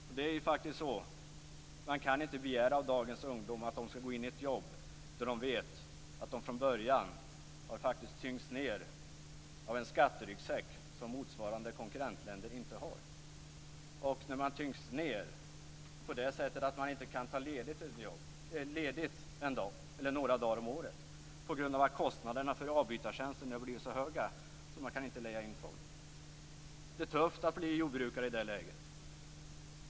Man kan ju faktiskt inte begära av dagens ungdom att de skall gå in i ett jobb där de vet att de från början tyngs ned av en skatteryggsäck som motsvarande konkurrentländer inte har. De tyngs också ned på det sättet att de inte kan ta ledigt en dag, eller några dagar, om året på grund av att kostnaderna för avbytartjänsten har blivit så höga att de inte kan leja in folk. Det är tufft att bli jordbrukare i det läget.